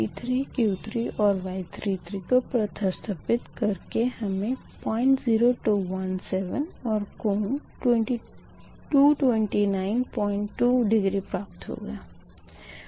P3 Q3 और Y33 को प्रतिस्थपित कर के हमें 00217 और कोण 2292 डिग्री प्राप्त होगा